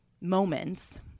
moments